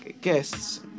guests